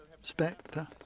Spectre